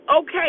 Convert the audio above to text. Okay